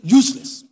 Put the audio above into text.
useless